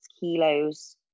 kilos